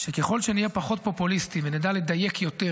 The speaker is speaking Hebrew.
שככל שנהיה פחות פופוליסטים ונדע לדייק יותר